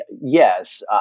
yes